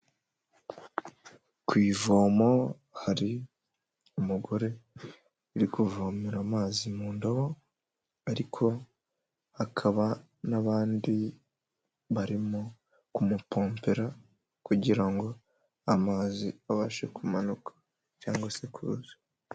Ku ivomo hari umugore uri kuvomera amazi mu ndobo ariko hakaba n'abandi barimo kumupompera kugira ngo amazi abashe kumanuka cyangwa se kuza.